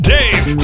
Dave